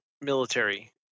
military